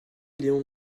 léon